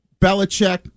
Belichick